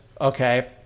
okay